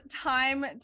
time